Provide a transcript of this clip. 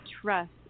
trust